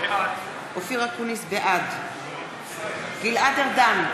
בעד גלעד ארדן,